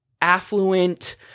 affluent